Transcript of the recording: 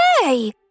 Hey